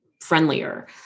friendlier